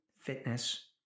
fitness